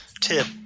tip